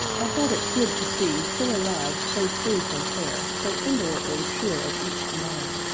i thought it good to see four lives so free from care, so indolently sure of each tomorrow,